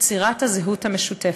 יצירת הזהות המשותפת.